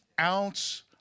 ounce